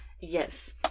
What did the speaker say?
Yes